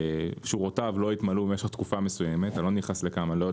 שורותיו לא יתמלאו משך תקופה מסוימת חודשיים,